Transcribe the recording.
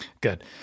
Good